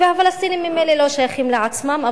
הפלסטינים ממילא לא שייכים לעצמם.